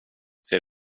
ser